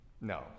no